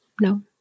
No